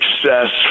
success